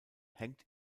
hängt